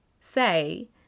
say